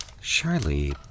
surely